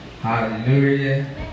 Hallelujah